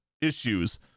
issues